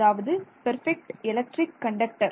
அதாவது perfect electric conductor